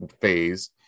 phase